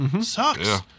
Sucks